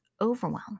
overwhelm